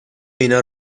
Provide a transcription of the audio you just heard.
اینا